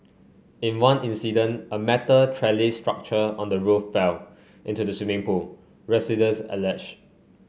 in one incident a metal trellis structure on the roof fell into the swimming pool residents alleged